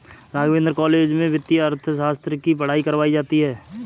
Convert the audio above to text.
Raghavendra college में वित्तीय अर्थशास्त्र की पढ़ाई करवायी जाती है